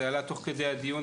זה עלה תוך כדי הדיון,